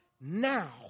now